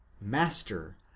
Master